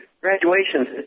graduations